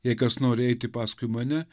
jei kas nori eiti paskui mane